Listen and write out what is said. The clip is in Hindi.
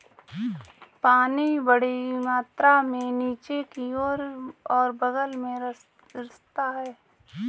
पानी बड़ी मात्रा में नीचे की ओर और बग़ल में रिसता है